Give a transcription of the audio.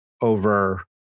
over